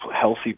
healthy